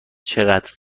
چقدر